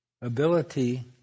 ability